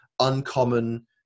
uncommon